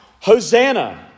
Hosanna